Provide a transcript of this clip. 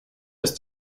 ist